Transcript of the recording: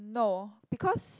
no because